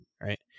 right